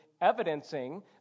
evidencing